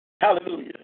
Hallelujah